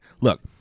look